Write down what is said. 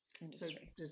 industry